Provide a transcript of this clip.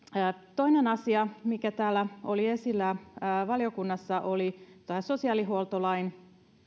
toinen asia mikä täällä oli esillä valiokunnassa oli sosiaalihuoltolain